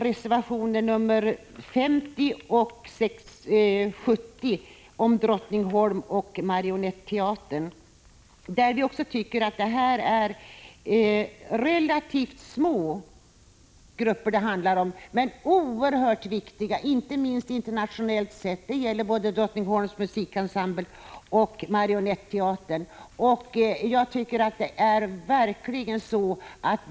Reservationerna 50 och 70 handlar om Drottningholm och Marionetteatern. Dessa grupper är relativt små, men de är oerhört viktiga, inte minst internationellt sett — både Drottningholms musikensemble och Marionetteatern.